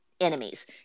enemies